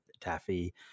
Taffy